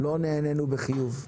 לא נענינו בחיוב.